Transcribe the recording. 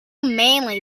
mainly